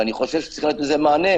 ואני חושב שיש לתת לזה מענה,